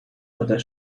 other